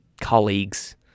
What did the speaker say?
colleagues